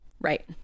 Right